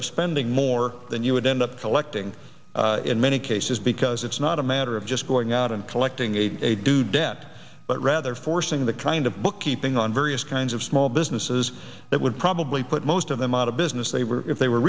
up spending more than you would end up collecting in many cases because it's not a matter of just going out and collecting a new debt but rather forcing the kind of bookkeeping on various kinds of small businesses that would probably put most of them out of business they were if they were